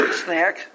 snack